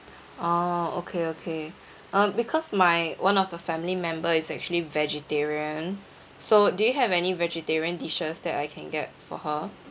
orh okay okay um because my one of the family member is actually vegetarian so do you have any vegetarian dishes that I can get for her